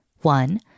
One